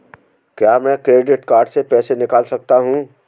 क्या मैं credit card से पैसे निकाल सकता हूँ?